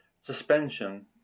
suspension